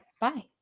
Bye